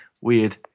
weird